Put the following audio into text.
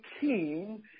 team